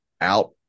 out